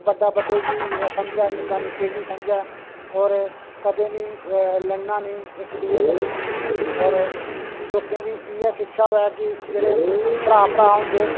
बड्डा बड्डे गी समझै निक्का निक्के गी समझै और कदें बी लड़ना नेईं इक दुए कन्नै और लोकें गी बी इ'यै शिक्षा होऐ कि कि जेह्ड़े भ्राऽ भ्राऽ होंदे